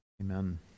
Amen